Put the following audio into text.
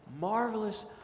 marvelous